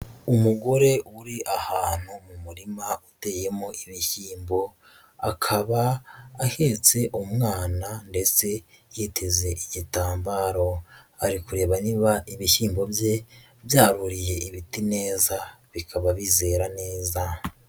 Umugore uri ahantu mu murima uteyemo ibishimbo, akaba ahetse umwana ndetse yiteze igitambaro, ari kureba niba ibishyimbo bye byaruriye ibiti neza bikaba bizera neza.